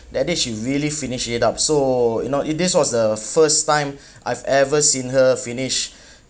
that day she really finished it up so you know it this was the first time I've ever seen her finish